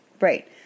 Right